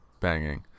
banging